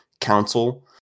council